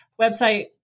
website